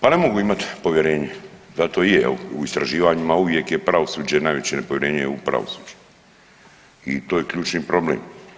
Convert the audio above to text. Pa ne mogu imati povjerenje, zato i je u istraživanjima uvijek je pravosuđe najveće nepovjerenje u pravosuđe i to je ključni problem.